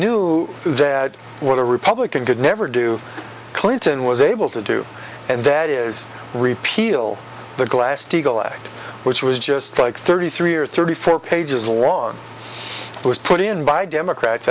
knew they had what a republican could never do clinton was able to do and that is repeal the glass steagall act which was just like thirty three or thirty four pages long it was put in by democrats